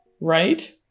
right